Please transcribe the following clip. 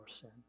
sin